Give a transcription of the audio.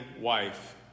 wife